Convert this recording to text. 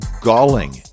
galling